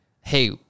hey